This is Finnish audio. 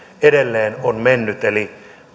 edelleen on mennyt eli